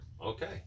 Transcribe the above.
Okay